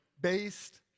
based